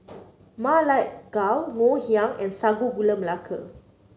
Ma Lai Gao Ngoh Hiang and Sago Gula Melaka